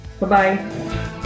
Bye-bye